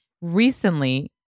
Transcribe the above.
Recently